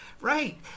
right